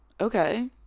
okay